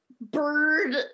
bird